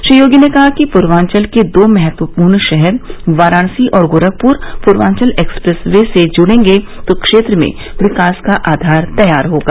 श्री योगी ने कहा कि पूर्वांचल के दो महत्वपूर्ण शहर वाराणसी और गोरखपुर पूर्वांचल एक्सप्रेस वे से जुड़ेंगे तो क्षेत्र में विकास का आधार तैयार होगा